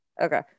okay